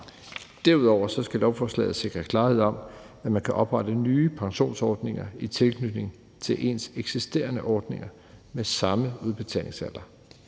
Derudover skal lovforslaget sikre klarhed om, at man kan oprette nye pensionsordninger i tilknytning til ens eksisterende ordninger med samme udbetalingsalder.